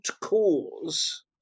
cause